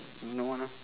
no one lor